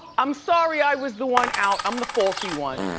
i'm sorry i was the one out, i'm the faulty one.